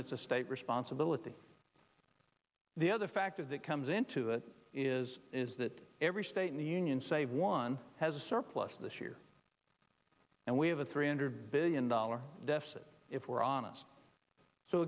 that's a state responsibility the other factor that comes into it is is that every state in the union save one has a surplus this year and we have a three hundred billion dollars deficit if we're honest so